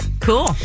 Cool